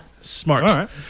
Smart